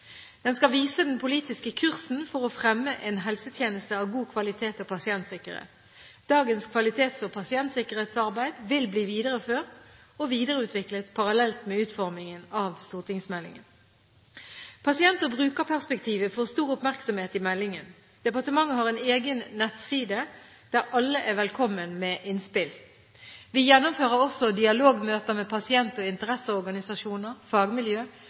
Den skal vise den politiske kursen for å fremme en helsetjeneste av god kvalitet og pasientsikkerhet. Dagens kvalitets- og pasientsikkerhetsarbeid vil bli videreført og videreutviklet parallelt med utformingen av stortingsmeldingen. Pasient- og brukerperspektivet får stor oppmerksomhet i meldingen. Departementet har en egen nettside der alle er velkomne med innspill. Vi gjennomfører også dialogmøter med pasient- og interesseorganisasjoner,